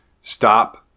stop